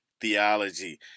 theology